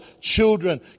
children